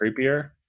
creepier